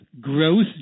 growth